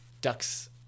ducks